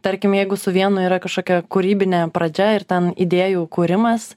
tarkim jeigu su vienu yra kažkokia kūrybinė pradžia ir ten idėjų kūrimas